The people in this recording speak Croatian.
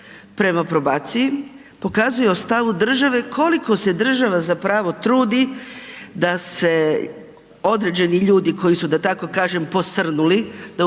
prema probaciji, pokazuje o stavu države koliko se država zapravo trudi da se određeni ljudi koji su da tako kažem posrnuli, da upotrijebim